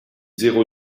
zéro